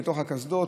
בתוך הקסדות,